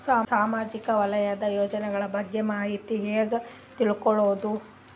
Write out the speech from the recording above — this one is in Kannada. ಸಾಮಾಜಿಕ ವಲಯದ ಯೋಜನೆಗಳ ಬಗ್ಗೆ ಮಾಹಿತಿ ಹ್ಯಾಂಗ ತಿಳ್ಕೊಳ್ಳುದು?